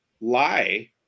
lie